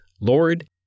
Lord